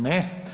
Ne.